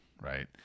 right